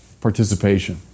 participation